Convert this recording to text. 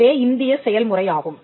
இதுவே இந்திய செயல்முறையாகும்